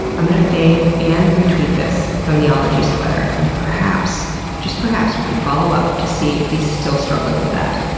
i'm gonna fave and retweet this from the ologies twitter, and perhaps, just perhaps, we can follow up to see if he's still struggling with that.